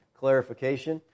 Clarification